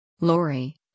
Lori